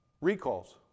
Recalls